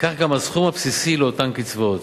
וכך גם הסכום הבסיסי של אותן קצבאות.